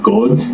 God